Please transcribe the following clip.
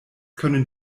können